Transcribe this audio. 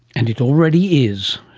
and it already is.